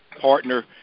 partner